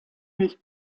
nicht